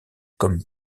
comme